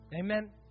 Amen